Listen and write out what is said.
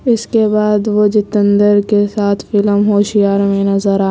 اس کے بعد وہ جیتندر کے ساتھ فلم ہوشیار میں نظر آ